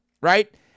Right